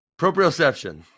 Proprioception